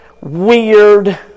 weird